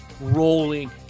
rolling